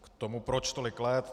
K tomu, proč tolik let.